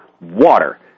water